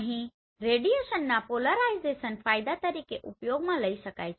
અહીં રેડિયેશનના પોલારાઇઝેશન ફાયદા તરીકે ઉપયોગમાં લઈ શકાય છે